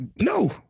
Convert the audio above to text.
no